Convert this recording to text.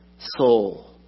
Soul